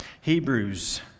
Hebrews